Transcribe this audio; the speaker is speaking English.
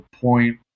point